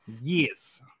Yes